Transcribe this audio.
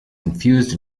confused